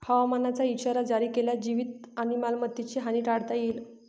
हवामानाचा इशारा जारी केल्यास जीवित आणि मालमत्तेची हानी टाळता येईल